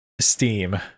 Steam